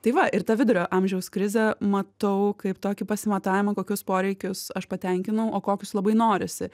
tai va ir ta vidurio amžiaus krizė matau kaip tokį pasimatavimą kokius poreikius aš patenkinau o kokius labai norisi